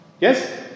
yes